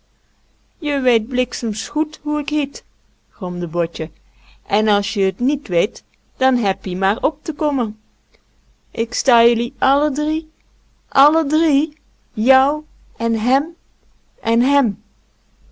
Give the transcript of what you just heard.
je weet bliksems goed hoe ik hiet gromde botje en als je t niet weet dan heb ie maar op te kommen ik sta jullie alle drie alle drie ie ie jou en hèm en hèm